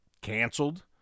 canceled